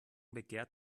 begehrt